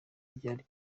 byari